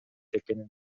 экенин